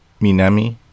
Minami